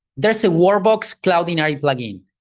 there is a workbox cloudinary plugin,